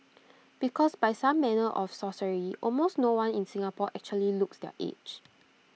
because by some manner of sorcery almost no one in Singapore actually looks their age